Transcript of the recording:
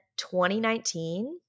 2019